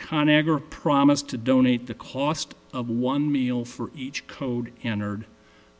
con agra promised to donate the cost of one meal for each code entered